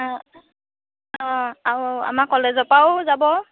অঁ অঁ আৰু আমাৰ কলেজৰপৰাও যাব